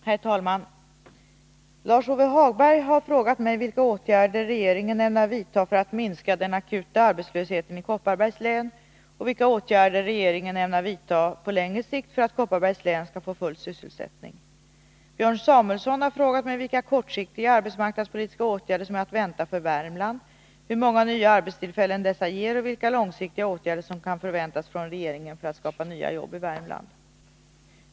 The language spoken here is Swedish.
Herr talman! Lars-Ove Hagberg har frågat mig vilka åtgärder regeringen ämnar vidta för att minska den akuta arbetslösheten i Kopparbergs län och vilka åtgärder regeringen ämnar vidta på längre sikt för att Kopparbergs län skall få full sysselsättning. Björn Samuelson har frågat mig vilka kortsiktiga arbetsmarknadspolitiska åtgärder som är att vänta för Värmland, hur många nya arbetstillfällen dessa ger och vilka långsiktiga åtgärder som kan förväntas från regeringen för att skapa nya jobb i Värmland.